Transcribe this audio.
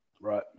right